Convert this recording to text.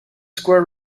square